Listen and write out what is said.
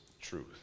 truth